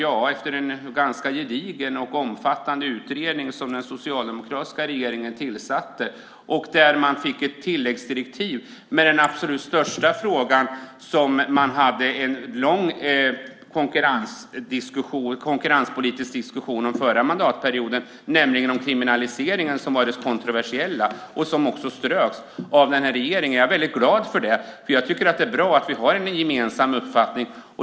Ja, efter en ganska gedigen och omfattande utredning som den socialdemokratiska regeringen tillsatte där man fick ett tilläggsdirektiv med den absolut största frågan, som man hade en lång konkurrenspolitisk diskussion om förra mandatperioden, nämligen kriminaliseringen, som var det kontroversiella. Det ströks också av den här regeringen. Jag är väldigt glad för det, för jag tycker att det är bra att vi har en gemensam uppfattning.